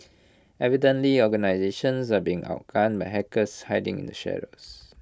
evidently organisations are being outgun by hackers hiding in the shadows